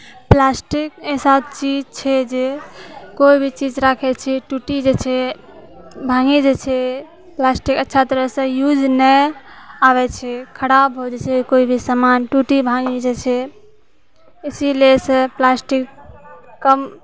plastic अइसा चीज छै जे कोइभी चीज राखै छी टुटि जाइ छै भाँगि जाइ छै प्लास्टिक अच्छा तरहसँ यूज नहि आबै छै खराब हो जाइ छै कोइभी समान टुटि भाँगि जाइ छै इसीलिए से प्लास्टिक कम